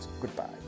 Goodbye